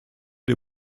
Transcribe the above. der